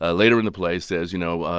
ah later in the play, says, you know,